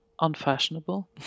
unfashionable